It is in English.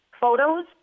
photos